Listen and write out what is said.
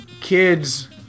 kids